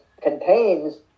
contains